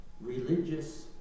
religious